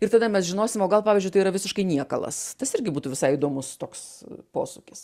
ir tada mes žinosim o gal pavyzdžiui tai yra visiškai niekalas tas irgi būtų visai įdomus toks posūkis